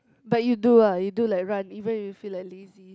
but you do ah you do like run even if you feel like lazy